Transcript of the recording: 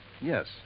Yes